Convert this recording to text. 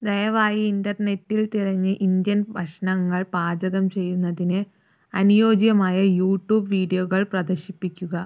ദയവായി ഇന്റർനെറ്റിൽ തിരഞ്ഞ് ഇന്ത്യൻ ഭക്ഷണങ്ങൾ പാചകം ചെയ്യുന്നതിന് അനുയോജ്യമായ യൂട്യൂബ് വീഡിയോകൾ പ്രദർശിപ്പിക്കുക